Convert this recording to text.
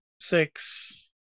Six